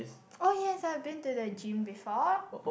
oh yes I have been to the gym before